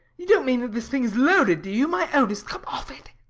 you don't mean that this thing is loaded, do you? my ownest come off it.